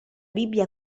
bibbia